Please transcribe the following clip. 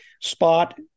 spot